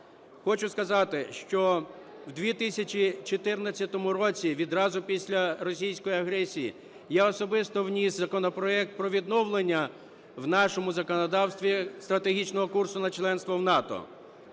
Хочу сказати, що в 2014 році відразу після російської агресії я особисто вніс законопроект про відновлення в нашому законодавстві стратегічного курсу на членство в НАТО.